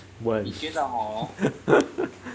问